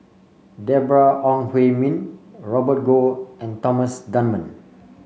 Deborah Ong Hui Min Robert Goh and Thomas Dunman